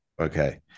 Okay